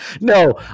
No